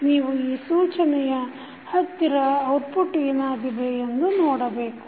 ನೀವು ಈ ಸೂಚನೆಯ ಹತ್ತಿರ ಔಟ್ಪುಟ್ ಏನಾಗಿದೆ ಎಂದು ನೋಡಬೇಕು